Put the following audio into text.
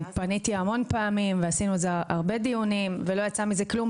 פניתי המון פעמים ועשינו על זה הרבה דיונים ובסוף לא יצא מזה כלום,